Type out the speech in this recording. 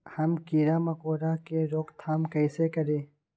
हम किरा मकोरा के रोक थाम कईसे करी?